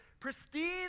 pristine